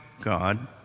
God